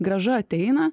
grąža ateina